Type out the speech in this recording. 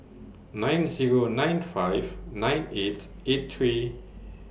nine Zero nine five nine eight eight three